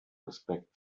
respect